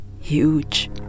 huge